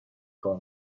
کار